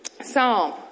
Psalm